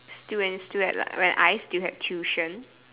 still when still at like when I still had tuition